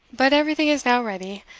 but everything is now ready.